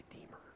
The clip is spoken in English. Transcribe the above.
Redeemer